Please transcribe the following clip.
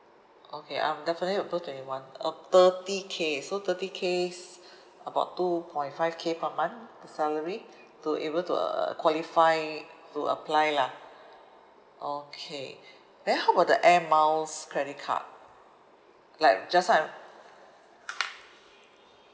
okay I'm definitely above twenty one oh thirty K so thirty K's about two point five K per month salary to able to uh qualify to apply lah okay then how about the air miles credit card like just now I